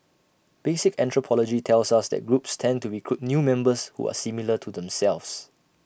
basic anthropology tells us that groups tend to recruit new members who are similar to themselves